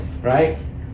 right